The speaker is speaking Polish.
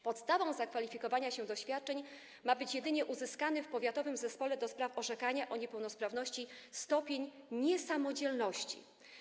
Podstawą zakwalifikowania się do świadczeń ma być jedynie orzeczony w powiatowym zespole do spraw orzekania o niepełnosprawności stopień niesamodzielności.